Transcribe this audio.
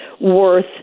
worth